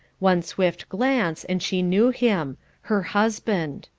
one swift glance and she knew him her husband.